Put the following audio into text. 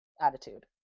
Attitude